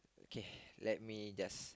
K let me just